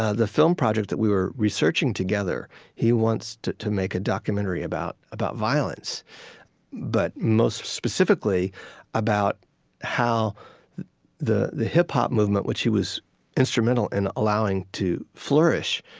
ah the film project that we were researching together he wants to to make a documentary about about violence but most specifically about how the the hip-hop movement, which he was instrumental in allowing to flourish